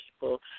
people